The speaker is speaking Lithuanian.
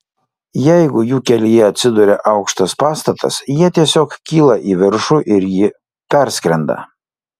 jeigu jų kelyje atsiduria aukštas pastatas jie tiesiog kyla į viršų ir jį perskrenda